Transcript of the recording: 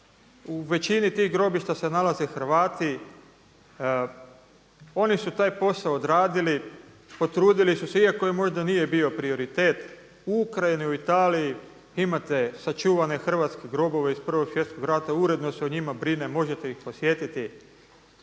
u većini tih grobišta se nalaze Hrvati. Oni su taj posao odradili, potrudili su se iako im možda nije bio prioritet. U Ukrajini, u Italiji imate sačuvane hrvatske grobove iz Prvog svjetskog rata, uredno se o njima brine, možete ih podsjetiti.